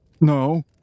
no